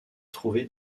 trouvé